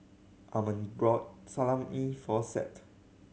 Almond brought Salami for Seth